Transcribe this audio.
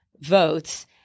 votes